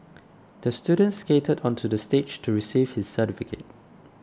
the student skated onto the stage to receive his certificate